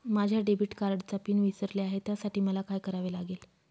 माझ्या डेबिट कार्डचा पिन विसरले आहे त्यासाठी मला काय करावे लागेल?